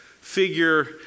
figure